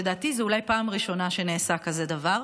לדעתי זו אולי הפעם הראשונה שנעשה דבר כזה,